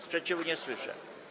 Sprzeciwu nie słyszę.